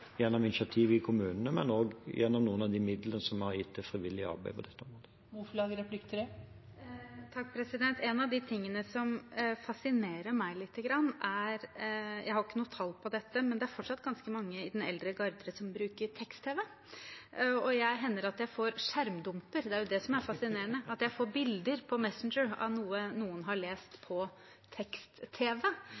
gjennom initiativ i kommunene og gjennom noen av de midlene som vi har gitt til frivillig arbeid. En av de tingene som fascinerer meg litt – jeg har ikke noe tall på dette – er at det er fortsatt ganske mange i den eldre garde som bruker tekst-tv. Det hender at jeg får skjermdumper – det er jo det som er fascinerende – jeg får bilder på Messenger av noe noen har lest